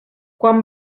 quan